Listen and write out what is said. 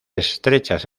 estrechas